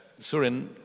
Surin